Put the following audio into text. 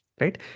right